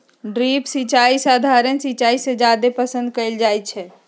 drip सिंचाई सधारण सिंचाई से जादे पसंद कएल जाई छई